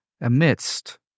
amidst